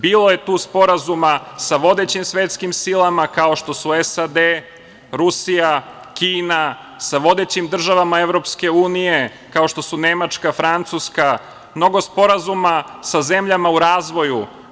Bilo je tu sporazuma sa vodećim svetskim silama kao što su SAD, Rusija, Kina, sa vodećim državama EU kao što su Nemačka, Francuska, mnogo sporazuma sa zemljama u razvoju.